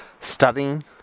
studying